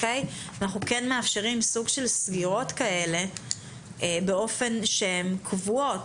אנחנו כן מאפשרים סוג של סגירות כאלה באופן שהן קבועות